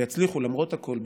ויצליחו למרות הכול,